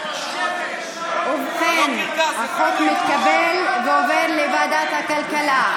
ובכן, החוק מתקבל ועובר לוועדת הכלכלה.